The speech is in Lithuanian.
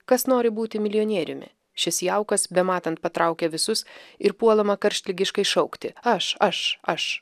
kas nori būti milijonieriumi šis jaukas bematant patraukė visus ir puolama karštligiškai šaukti aš aš aš